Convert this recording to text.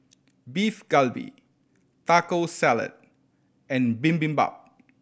Beef Galbi Taco Salad and Bibimbap